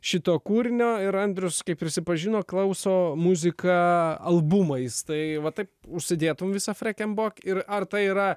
šito kūrinio ir andrius kaip prisipažino klauso muziką albumais tai va taip užsidėtum visą frekem bok ir ar tai yra